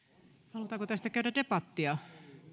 halutaanko tästä käydä debattia